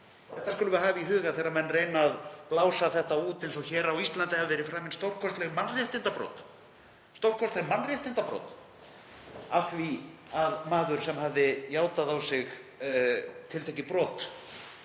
Það skulum við hafa í huga þegar menn reyna að blása þetta út eins og hér á Íslandi hafi verið framin stórkostleg mannréttindabrot af því að maður sem hafði játað á sig tiltekið brot